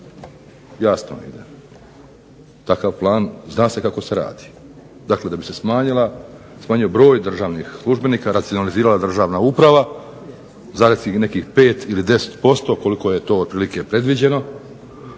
Jasno takav plan zna se kako se radi. Dakle, da bi se smanjio broj državnih službenika, racionalizirala državna uprava za nekih 5 ili 10% koliko je to predviđeno,